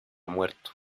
muerto